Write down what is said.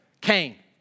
Cain